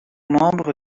membre